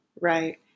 right